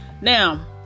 Now